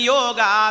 Yoga